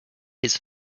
his